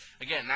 again